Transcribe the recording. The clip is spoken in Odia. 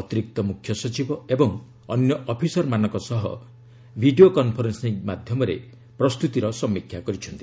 ଅତିରିକ୍ତ ମୁଖ୍ୟ ସଚିବ ଏବଂ ଅନ୍ୟ ଅଫିସରମାନଙ୍କ ସହ ଆଜି ଭିଡ଼ିଓ କନଫରେନ୍ସିଂ ମାଧ୍ୟରେ ପ୍ରସ୍ତୁତିର ସମୀକ୍ଷା କରିଛନ୍ତି